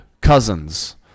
Cousins